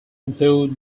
include